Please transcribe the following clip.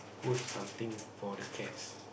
put something for the cats